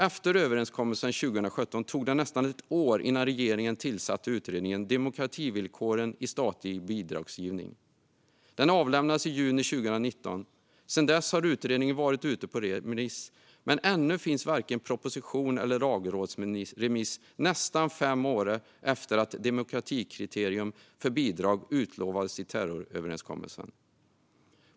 Efter överenskommelsen 2017 tog det nästan ett år innan regeringen tillsatte utredningen Demokrativillkoren i statlig bidragsgivning. Utredaren avlämnade sin rapport i juni 2019. Sedan dess har utredningen varit ut på remiss, men ännu finns varken proposition eller lagrådsremiss - nästan fem år efter att ett demokratikriterium för bidrag utlovades i terroröverenskommelsen.